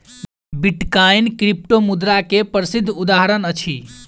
bitcoin क्रिप्टोमुद्रा के प्रसिद्ध उदहारण अछि